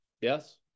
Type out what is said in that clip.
yes